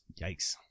Yikes